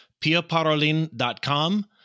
piaparolin.com